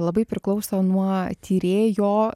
labai priklauso nuo tyrėjo